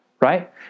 right